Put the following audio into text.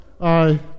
I